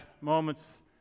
moments